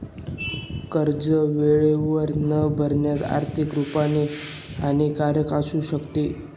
कर्ज वेळेवर न भरणे, आर्थिक रुपाने हानिकारक असू शकते